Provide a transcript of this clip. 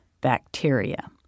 bacteria